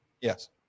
Yes